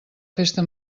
festa